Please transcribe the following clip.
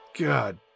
God